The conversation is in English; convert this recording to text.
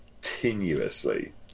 continuously